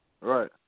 Right